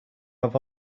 have